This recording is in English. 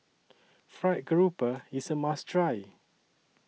Fried Grouper IS A must Try